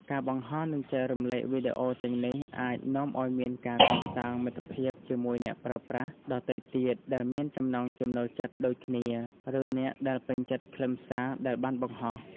ការបង្ហោះ និងចែករំលែកវីដេអូទាំងនេះអាចនាំឱ្យមានការកសាងមិត្តភាពជាមួយអ្នកប្រើប្រាស់ដទៃទៀតដែលមានចំណង់ចំណូលចិត្តដូចគ្នា ឬអ្នកដែលពេញចិត្តខ្លឹមសារដែលបានបង្ហោះ។